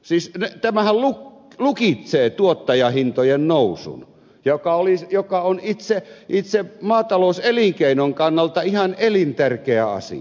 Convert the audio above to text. siis tämähän lukitsee tuottajahintojen nousun joka on itse maatalouselinkeinon kannalta ihan elintärkeä asia